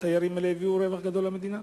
התיירים האלה הביאו רווח גדול למדינה.